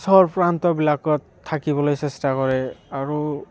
চৰ প্ৰান্তবিলাকত থাকিবলৈ চেষ্টা কৰে আৰু